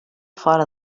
fora